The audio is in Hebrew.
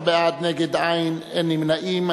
15 בעד, נגד, אין, אין נמנעים.